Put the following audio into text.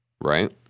Right